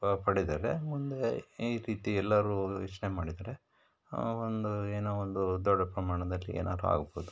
ಪ ಪಡೆದರೆ ಮುಂದೆ ಈ ರೀತಿ ಎಲ್ಲರೂ ಯೋಚನೆ ಮಾಡಿದರೆ ಒಂದು ಏನೋ ಒಂದು ದೊಡ್ಡ ಪ್ರಮಾಣದಲ್ಲಿ ಏನಾದ್ರು ಆಗ್ಬೋದು